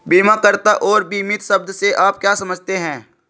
बीमाकर्ता और बीमित शब्द से आप क्या समझते हैं?